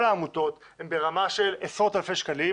העמותות היא ברמה של עשרות אלפי שקלים.